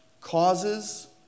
causes